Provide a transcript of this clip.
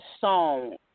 song